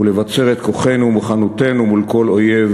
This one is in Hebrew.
ולבצר את כוחנו ומוכנותנו מול כל אויב,